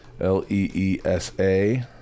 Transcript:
L-E-E-S-A